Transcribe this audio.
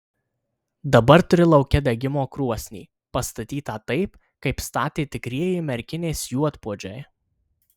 dabar turi lauke degimo krosnį pastatytą taip kaip statė tikrieji merkinės juodpuodžiai